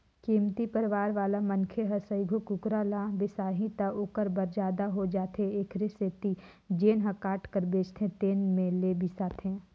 कमती परवार वाला मनखे ह सइघो कुकरा ल बिसाही त ओखर बर जादा हो जाथे एखरे सेती जेन ह काट कर बेचथे तेन में ले बिसाथे